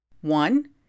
One